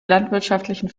landwirtschaftlichen